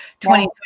2020